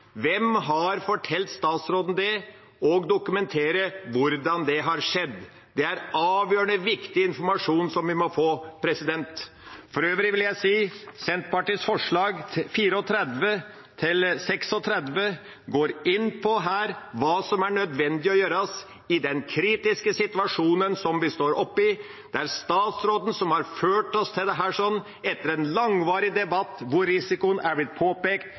hvem som fortalte han det, og dokumenterer hvordan det har skjedd. Det er avgjørende viktig informasjon som vi må få. For øvrig vil jeg si: Senterpartiets forslag nr. 34–36 går inn på hva som er nødvendig å gjøre i den kritiske situasjon som vi står oppi. Det er statsråden som har ført oss til dette etter en langvarig debatt hvor risikoen er blitt påpekt,